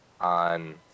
on